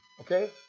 Okay